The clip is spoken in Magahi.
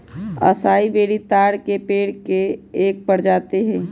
असाई बेरी ताड़ के पेड़ के एक प्रजाति हई